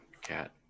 Cat